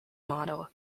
model